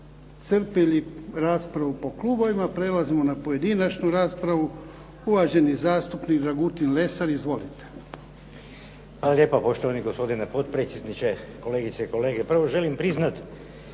iscrpili raspravu po klubovima. Prelazimo na pojedinačnu raspravu. Uvaženi zastupnik Dragutin Lesar. Izvolite. **Lesar, Dragutin (Nezavisni)** Hvala lijepa, poštovani gospodine potpredsjedniče. Kolegice i kolege. Prvo želim priznat